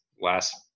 last